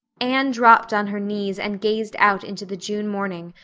anne dropped on her knees and gazed out into the june morning,